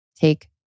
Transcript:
Take